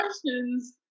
questions